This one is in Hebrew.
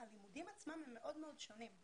הלימודים עצמם הם מאוד מאוד שונים.